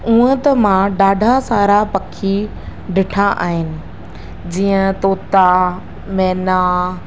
हूअं त मां ॾाढा सारा पखी ॾिठा आहिनि जीअं तोता मैना